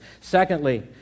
Secondly